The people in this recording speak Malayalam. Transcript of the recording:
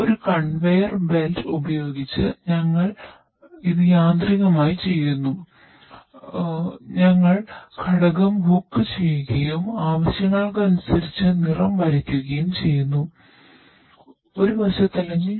ഒരു ക്രെയിനിൽ